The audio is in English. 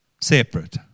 separate